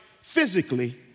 physically